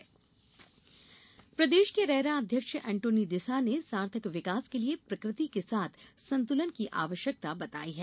RERA Antony प्रदेश के RERA अध्यक्ष अंटोनी डिसा ने सार्थक विकास के लिये प्रकृति के साथ संतुलन की आवश्यकता बताई है